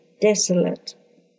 desolate